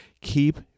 Keep